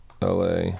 LA